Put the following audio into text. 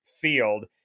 field